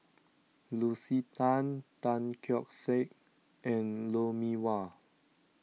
Lucy Tan Tan Keong Saik and Lou Mee Wah